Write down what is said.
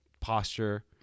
posture